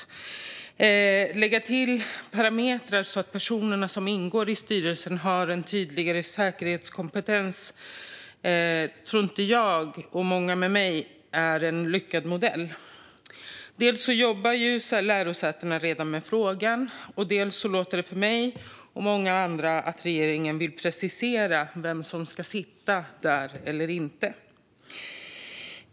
Att lägga till parametrar så att personerna som ingår i styrelsen har en tydligare säkerhetskompetens tror jag själv och många med mig inte är en lyckad modell. Dels jobbar lärosätena redan med frågan, dels låter det för mig och många andra som att regeringen vill precisera vem som ska sitta där eller inte.